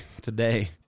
today